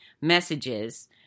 messages